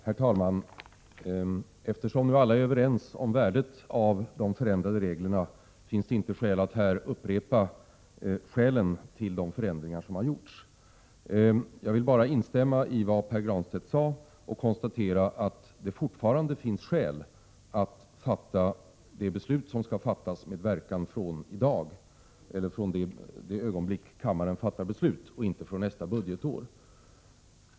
Herr talman! Eftersom nu alla är överens om värdet av de förändrade reglerna finns det ingen anledning att här upprepa skälen till de förändringar som har gjorts. Jag vill bara instämma i vad Pär Granstedt sade och konstatera att det fortfarande finns anledning till att det beslut som skall fattas skall ha verkan från det ögonblick kammaren fattar beslutet och inte från nästa budgetår.